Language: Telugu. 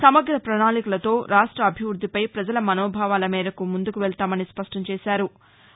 సమగ్ర పణాళికలతో రాష్ట అభివృద్దిపై ప్రజల మనోభావాల మేరకు ముందుకు వెళ్తామని స్పష్టం చేశారు